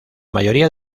mayoría